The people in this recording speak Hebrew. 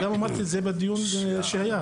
וגם אמרתי את זה בדיון שהיה,